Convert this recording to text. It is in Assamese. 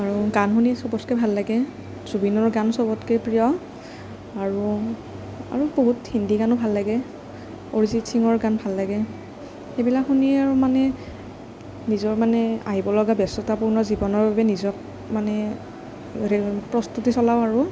আৰু গান শুনি সবতকৈ ভাল লাগে জুবিনৰ গান সবতকৈ প্ৰিয় আৰু আৰু আৰু বহুত হিন্দী গানো ভাল লাগে অৰিজিত সিঙৰ গান ভাল লাগে সেইবিলাক শুনি আৰু মানে নিজৰ মানে আহিবলগা ব্যস্ততাপূৰ্ণ জীৱনৰ বাবে নিজক মানে প্ৰস্তুতি চলাওঁ আৰু